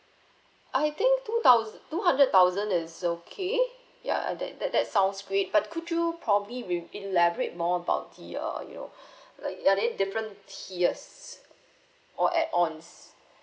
I think two thousand two hundred thousand is okay ya that that that sounds great but could you probably re elaborate more about the uh you know like are there different tiers or add ons